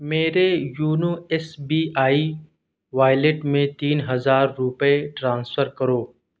میرے YONO S B I wallet میں تین ہزار روپے ٹرانسفر کرو